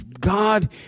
God